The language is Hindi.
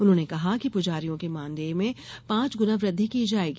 उन्होंने कहा कि पुजारियों के मानदेय में पाँच गुना वृद्धि की जाएगी